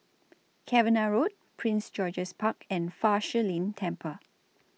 Cavenagh Road Prince George's Park and Fa Shi Lin Temple